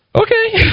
Okay